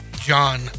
John